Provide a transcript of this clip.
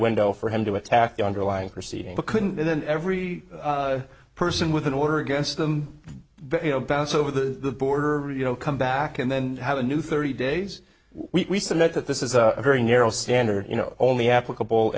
window for him to attack the underlying proceeding but couldn't then every person with an order against them but you know bounce over the border you know come back and then have a new thirty days we submit that this is a very narrow standard you know only applicable